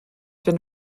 been